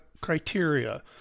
criteria